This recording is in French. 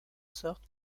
sorte